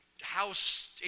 house